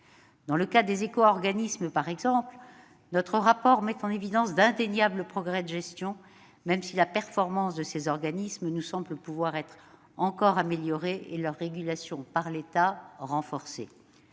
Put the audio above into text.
concerne les éco-organismes par exemple, notre rapport met en évidence d'indéniables progrès de gestion, même si la performance de ces organismes nous semble pouvoir être encore améliorée et leur régulation par l'État renforcée.